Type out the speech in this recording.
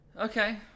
Okay